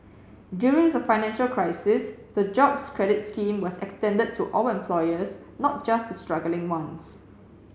during the financial crisis the Jobs Credit scheme was extended to all employers not just the struggling ones